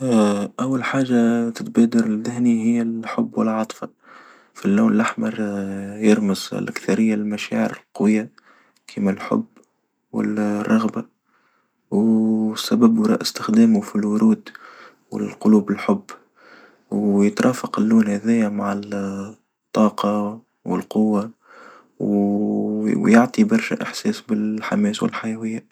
أول حاجة تتبادر لذهني هي الحب والعطف، فاللون الأحمر يرمز الأكثرية للمشاعر القوية، كما الحب والرغبة والسبب وراء استخدامه في الورود والقلوب الحب، ويترافق اللون هذايا مع الطاقة والقوة ويعطي برشا إحساس بالحماس والحيوية.